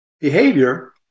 behavior